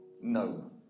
no